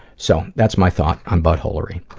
so, that's my thought on buttholery.